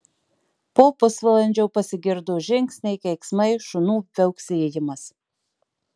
po pusvalandžio pasigirdo žingsniai keiksmai šunų viauksėjimas